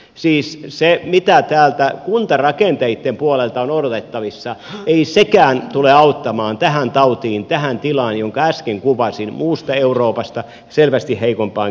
siis se mitä täältä kuntarakenteitten puolelta on odotettavissa ei sekään tule auttamaan tähän tautiin tähän tilaan jonka äsken kuvasin muusta euroopasta selvästi heikompaan kehitysuraan